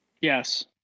Yes